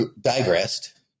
digressed